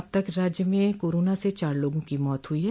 अब तक राज्य में कोरोना से चार लोगों की मौत हुई है